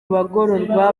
bagororwa